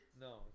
No